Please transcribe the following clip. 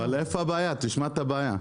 אבל איפה הבעיה, תשמע את הבעיה.